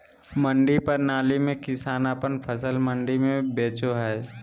मंडी प्रणाली में किसान अपन फसल मंडी में बेचो हय